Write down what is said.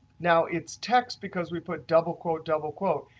now, it's text because we put double quote double quote.